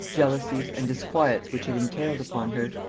jealousies and disquiets which it entailed upon her.